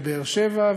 ובאר-שבע,